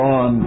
on